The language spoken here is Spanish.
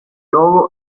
logo